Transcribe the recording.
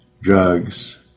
drugs